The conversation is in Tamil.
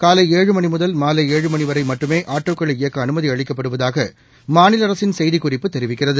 காலை ஏழு மணி முதல் மாலை ஏழு மணி வரை மட்டுமே ஆட்டோக்களை இயக்க அனுமதி அளிக்கப்படுவதாக மாநில அரசின் செய்திக்குறிப்பு தெரிவிக்கிறது